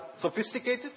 sophisticated